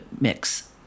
mix